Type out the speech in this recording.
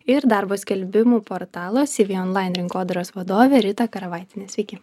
ir darbo skelbimų portalas cv online rinkodaros vadovę rita karavaitienę sveiki